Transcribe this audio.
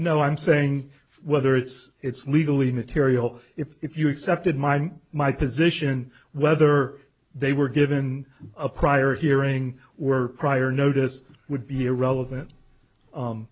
no i'm saying whether it's it's legally material if you accepted mine my position whether they were given a prior hearing were prior notice would be irrelevant